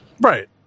Right